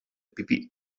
pipí